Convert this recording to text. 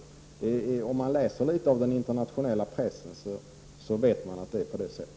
Den som läser den internationella pressen vet att det är på det sättet.